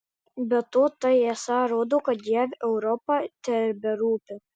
be to tai esą rodo kad jav europa teberūpi